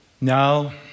now